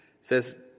says